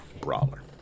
brawler